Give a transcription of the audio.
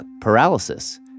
paralysis